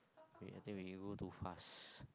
wait I think we go too fast